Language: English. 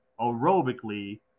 aerobically